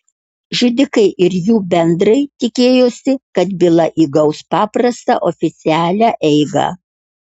žudikai ir jų bendrai tikėjosi kad byla įgaus paprastą oficialią eigą